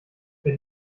der